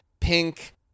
Pink